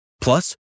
Plus